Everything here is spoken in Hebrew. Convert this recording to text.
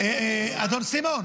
--- אדון סימון,